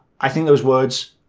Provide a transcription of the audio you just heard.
i think those words,